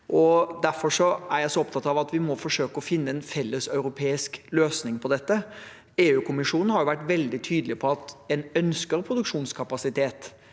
Derfor er jeg så opptatt av at vi må forsøke å finne en felleseuropeisk løsning på dette. EU-kommisjonen har vært veldig tydelig på at en ønsker produksjonskapasitet